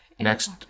Next